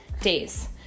days